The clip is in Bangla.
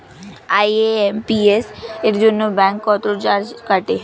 আই.এম.পি.এস এর জন্য ব্যাংক কত চার্জ কাটে?